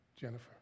Jennifer